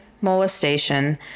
molestation